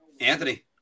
Anthony